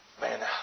Man